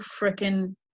freaking